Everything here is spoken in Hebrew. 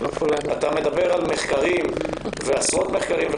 אתה מדבר על עשרות מחקרים.